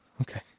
okay